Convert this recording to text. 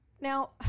Now